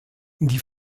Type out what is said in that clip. die